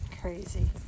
crazy